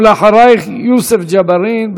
ואחרייך, יוסף ג'בארין.